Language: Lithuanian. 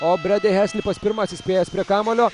o bredi heslipas pirmasis spėjęs prie kamuolio